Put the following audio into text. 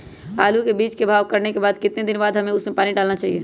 आलू के बीज के भाव करने के बाद कितने दिन बाद हमें उसने पानी डाला चाहिए?